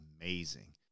amazing